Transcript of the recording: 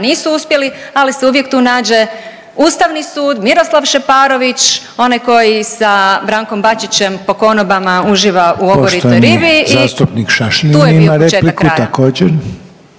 nisu uspjeli, ali se uvijek tu nađe Ustavni sud, Miroslav Šeparović, onaj koji sa Brankom Bačićem po konobama uživa u oboritoj ribi i tu je bio početak kraja.